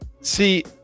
See